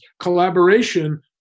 collaboration